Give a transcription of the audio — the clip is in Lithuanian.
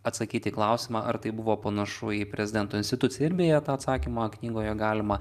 atsakyti į klausimą ar tai buvo panašu į prezidento instituciją ir beje tą atsakymą knygoje galima